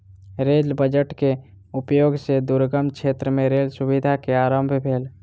rail budget के उपयोग सॅ दुर्गम क्षेत्र मे रेल सुविधा के आरम्भ भेल